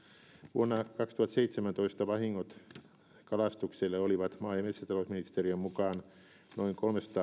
vuonna kaksituhattaseitsemäntoista vahingot kalastukselle olivat maa ja metsätalousministeriön mukaan noin